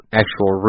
actual